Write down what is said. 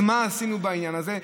אז מה עשינו בעניין הזה?